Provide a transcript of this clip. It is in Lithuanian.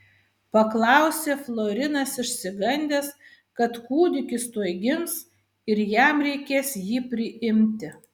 paklausė florinas išsigandęs kad kūdikis tuoj gims ir jam reikės jį priimti